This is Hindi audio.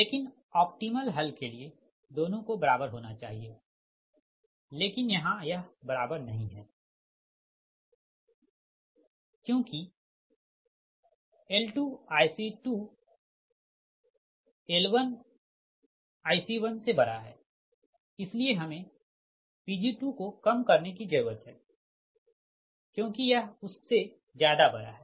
लेकिन ऑप्टीमल हल के लिए दोनों को बराबर होना चाहिए लेकिन यहाँ यह बराबर नही है लेकिन क्योंकि L2IC2L1IC1इसलिए हमे Pg2को कम करने कि जरुरत है क्योंकि यह उस से ज्यादा बड़ा है